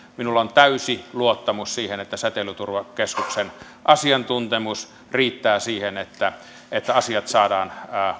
on täysi luottamus siihen että säteilyturvakeskuksen asiantuntemus riittää siihen että että asiat saadaan